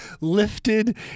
lifted